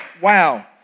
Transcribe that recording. wow